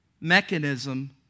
mechanism